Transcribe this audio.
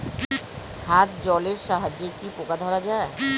হাত জলের সাহায্যে কি পোকা ধরা যায়?